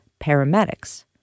paramedics